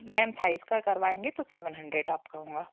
ma'am थाइस का करवाएँगे तो सेवन हंड्रेड आपका होगा